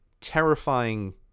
terrifying